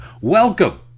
Welcome